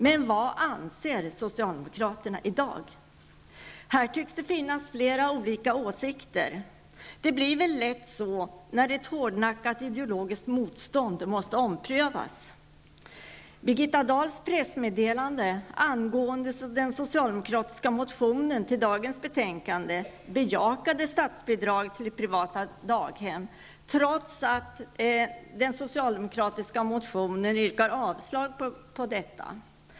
Men vad anser socialdemokraterna i dag? Här tycks det finnas flera olika åsikter. Det blir väl lätt så när ett hårdnackat ideologiskt motstånd måste omprövas. Birgitta Dahls pressmeddelande angående den socialdemokratiska motion som behandlas i dagens betänkande bejakade statsbidrag till privata daghem, trots att det i den socialdemokratiska motionen yrkas avslag på detta.